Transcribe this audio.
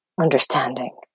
understanding